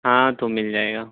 ہاں تو مل جائے گا